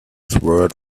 sword